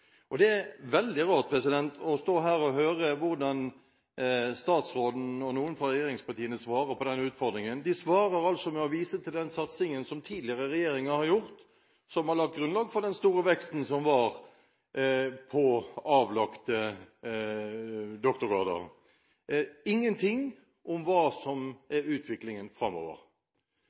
denne utfordringen. De svarer altså med å vise til den satsingen som tidligere regjeringer har gjort, og som har lagt grunnlag for den store veksten som har vært på avlagte doktorgrader – ingenting om hva som blir utviklingen framover.